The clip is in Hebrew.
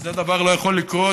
כזה דבר לא יכול לקרות.